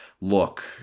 look